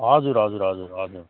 हजुर हजुर हजुर हजुर